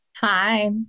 Hi